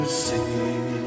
see